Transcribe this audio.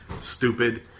stupid